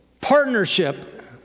partnership